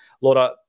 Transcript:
Laura